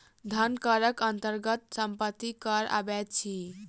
धन करक अन्तर्गत सम्पत्ति कर अबैत अछि